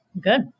Good